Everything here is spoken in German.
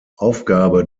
aufgabe